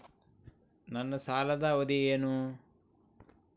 ನನ್ನ ಸಾಲದ ಅವಧಿ ಏನು?